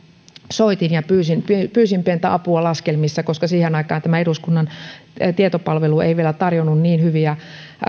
soitin ja pyysin pyysin pientä apua laskelmissa koska siihen aikaan eduskunnan tietopalvelu ei vielä tarjonnut niin hyviä